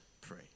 pray